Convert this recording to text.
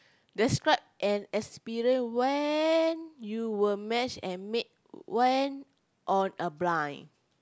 describe an experience when you were matchmade went on a blind